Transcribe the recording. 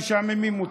משעממים אותו.